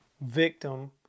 victim